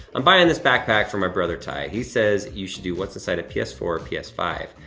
i'm buying this backpack for my brother, tai. he says you should do what's inside a p s four or p s five.